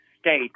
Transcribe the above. state